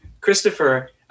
Christopher